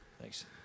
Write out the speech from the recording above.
Thanks